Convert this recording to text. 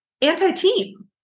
anti-team